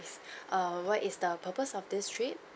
err what is the purpose of this trip